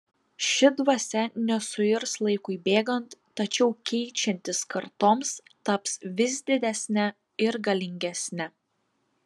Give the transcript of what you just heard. ši dvasia nesuirs laikui bėgant tačiau keičiantis kartoms taps vis didesne ir galingesne